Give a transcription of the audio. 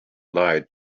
lied